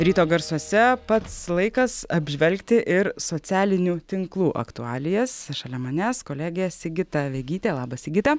ryto garsuose pats laikas apžvelgti ir socialinių tinklų aktualijas šalia manęs kolegė sigita vegytė labas sigita